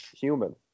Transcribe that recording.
human